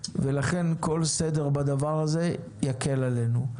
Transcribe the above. ולכן כל סדר בדבר הזה יקל עלינו.